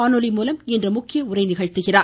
காணொலி மூலம் இன்று முக்கிய உரையாற்றுகிறார்